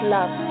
Love